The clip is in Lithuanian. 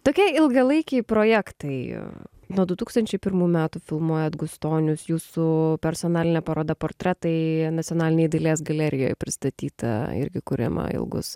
tokie ilgalaikiai projektai nuo du tūkstančiai pirmų metų filmuojat gustonius jūsų personalinė paroda portretai nacionalinėj dailės galerijoj pristatyta irgi kuriama ilgus